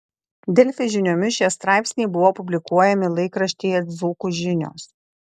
delfi žiniomis šie straipsniai buvo publikuojami laikraštyje dzūkų žinios